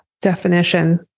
definition